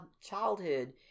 childhood